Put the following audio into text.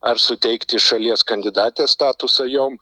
ar suteikti šalies kandidatės statusą jom